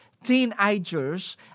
teenagers